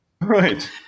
Right